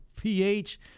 pH